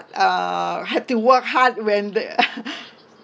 uh had to work hard when the